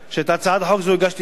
שאת הצעת החוק הזאת הגשתי לפני,